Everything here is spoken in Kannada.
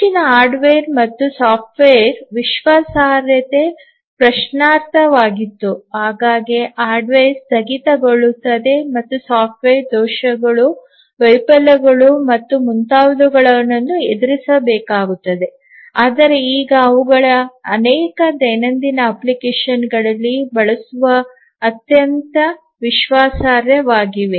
ಮುಂಚಿನ ಹಾರ್ಡ್ವೇರ್ ಮತ್ತು ಸಾಫ್ಟ್ವೇರ್ ವಿಶ್ವಾಸಾರ್ಹತೆ ಪ್ರಶ್ನಾರ್ಹವಾಗಿತ್ತು ಆಗಾಗ್ಗೆ ಹಾರ್ಡ್ವೇರ್ ಸ್ಥಗಿತಗೊಳ್ಳುತ್ತದೆ ಮತ್ತು ಸಾಫ್ಟ್ವೇರ್ ದೋಷಗಳು ವೈಫಲ್ಯಗಳು ಮತ್ತು ಮುಂತಾದವುಗಳನ್ನು ಎದುರಿಸಬೇಕಾಗುತ್ತದೆ ಆದರೆ ಈಗ ಅವುಗಳು ಅನೇಕ ದೈನಂದಿನ ಅಪ್ಲಿಕೇಶನ್ಗಳಲ್ಲಿ ಬಳಸಲು ಅತ್ಯಂತ ವಿಶ್ವಾಸಾರ್ಹವಾಗಿವೆ